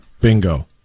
Bingo